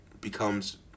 becomes